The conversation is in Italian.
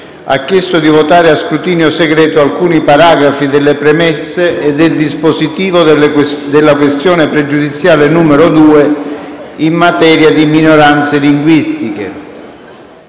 ha chiesto di votare a scrutinio segreto alcuni paragrafi delle premesse e del dispositivo della questione pregiudiziale QP2, in materia di minoranze linguistiche.